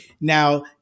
Now